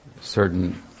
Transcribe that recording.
certain